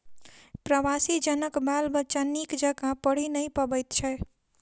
प्रवासी जनक बाल बच्चा नीक जकाँ पढ़ि नै पबैत छै